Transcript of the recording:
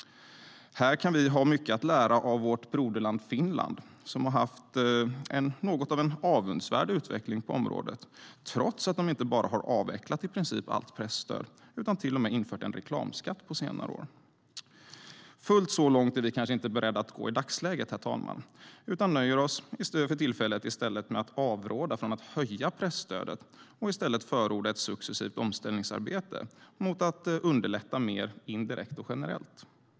Här kan vi ha mycket att lära av vårt broderland Finland, som haft något av en avundsvärd utveckling på området trots att de inte bara har avvecklat i princip allt presstöd utan till och med infört en reklamskatt på senare år. Fullt så långt är vi kanske inte beredda att gå i dagsläget, herr talman, utan vi nöjer oss för tillfället med att avråda från att höja presstödet och i stället förorda ett successivt omställningsarbete mot att underlätta mer indirekt och generellt.